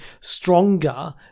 stronger